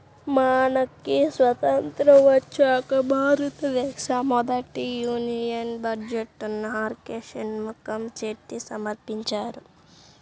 మనకి స్వతంత్రం వచ్చాక భారతదేశ మొదటి యూనియన్ బడ్జెట్ను ఆర్కె షణ్ముఖం చెట్టి సమర్పించారు